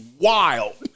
wild